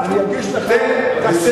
אני אגיש לך תחשיב